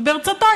וברצותו,